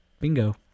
bingo